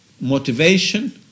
motivation